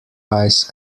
eyes